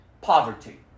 poverty